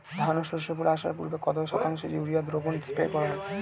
ধান ও সর্ষে ফুল আসার পূর্বে কত শতাংশ ইউরিয়া দ্রবণ স্প্রে করা হয়?